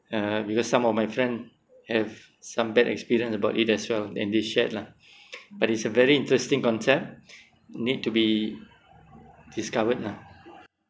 uh because some of my friend have some bad experience about it as well and they shared lah but it's a very interesting concept need to be discovered lah